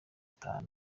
itatu